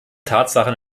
tatsachen